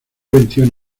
veintiún